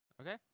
Okay